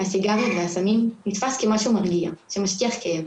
הסיגריות והסמים נתפס כמשהו מרגיע שמשכיח כאב,